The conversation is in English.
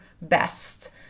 best